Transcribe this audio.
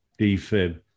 defib